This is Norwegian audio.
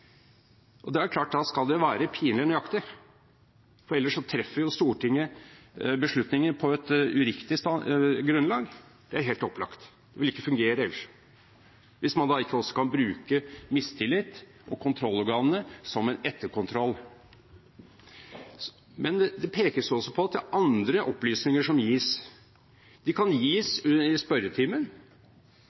pinlig nøyaktig, for ellers treffer Stortinget beslutninger på et uriktig grunnlag. Det er helt opplagt. Det ville ikke fungere hvis man ikke kunne bruke mistillit og kontrollorganene som en etterkontroll. Men det pekes også på at det er andre opplysninger som gis. De kan gis i spørretimen,